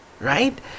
Right